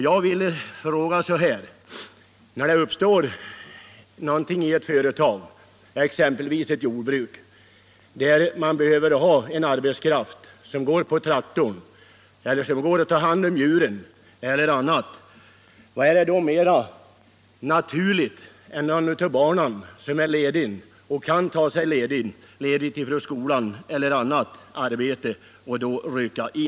Jag vill fråga: När man i ett företag, exempelvis ett jordbruk, behöver ha en arbetskraft som kör traktorn eller som tar hand om djuren eller något annat, vad är då mera naturligt än att något av barnen som är ledigt — eller som kan ta sig ledigt från skolan eller annat arbete — får rycka in?